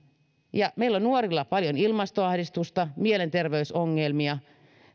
meillä on nuorilla paljon ilmastoahdistusta mielenterveysongelmia